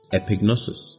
epignosis